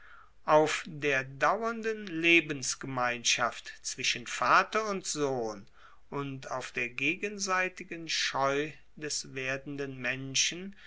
auf der dauernden lebensgemeinschaft zwischen vater und sohn und auf der gegenseitigen scheu des werdenden menschen